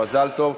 מזל טוב.